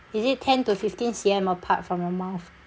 is it ten to fifteen C_M apart from your mouth